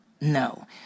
No